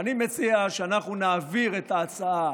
ואני מציע שנעביר את ההצעה